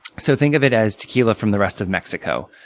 so think of it as tequila from the rest of mexico.